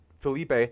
Felipe